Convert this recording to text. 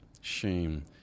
shame